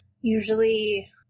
usually